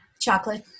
Chocolate